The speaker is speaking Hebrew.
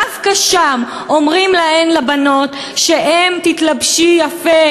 דווקא שם אומרים להן לבנות: תתלבשי יפה